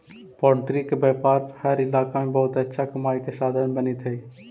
poultry के व्यापार हर इलाका में बहुत अच्छा कमाई के साधन बनित हइ